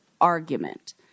argument